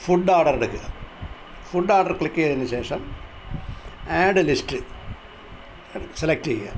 food order എടുക്കുക food order click ചെയ്തതിനുശേഷം add list select ചെയ്യുക